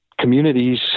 communities